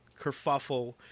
kerfuffle